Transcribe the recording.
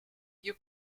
you